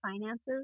finances